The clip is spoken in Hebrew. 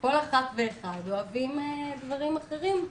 כל אחת ואחד אוהבים דברים אחרים.